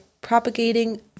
propagating